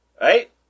right